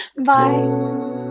Bye